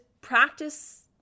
practice